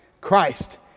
Christ